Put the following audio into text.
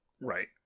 Right